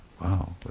Wow